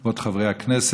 כבוד חברי הכנסת,